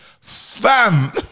FAM